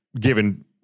given